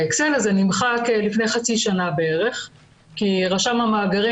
האקסל הזה נמחק לפני חצי שנה בערך כי רשם המאגרים